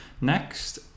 Next